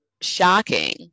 shocking